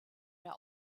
mehr